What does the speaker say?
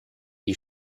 you